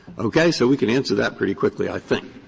okay. so we can answer that pretty quickly, i think.